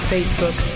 Facebook